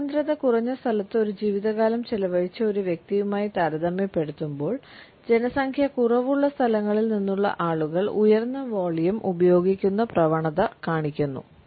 ജനസാന്ദ്രത കുറഞ്ഞ സ്ഥലത്ത് ഒരു ജീവിതകാലം ചെലവഴിച്ച ഒരു വ്യക്തിയുമായി താരതമ്യപ്പെടുത്തുമ്പോൾ ജനസംഖ്യ കുറവുള്ള സ്ഥലങ്ങളിൽ നിന്നുള്ള ആളുകൾ ഉയർന്ന വോളിയം ഉപയോഗിക്കുന്ന പ്രവണത കാണിക്കുന്നു